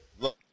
Look